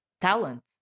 talent